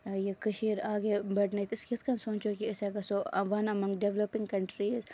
یہِ کٔشیٖر آگے بَڈنٲیِتھ أسۍ کِتھ کَنۍ سونچو یہِ أسۍ ہا گژھو وَن ایمنگ ڈیولَپِنگ کَنٹریٖز